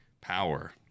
power